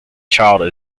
child